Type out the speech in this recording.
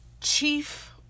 chief